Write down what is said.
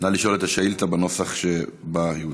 נא לשאול את השאילתה בנוסח שבו הוצגה.